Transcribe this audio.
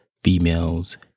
females